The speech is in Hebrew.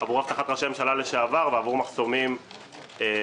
עבור אבטחת ראשי ממשלה לשעבר ועבור מחסומים לאירועים